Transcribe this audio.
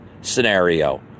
scenario